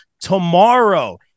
tomorrow